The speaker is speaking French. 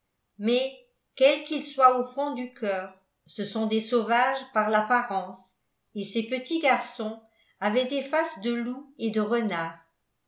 mais quels qu'ils soient au fond du cœur ce sont des sauvages par l'apparence et ces petits garçons avaient des faces de loups et de renards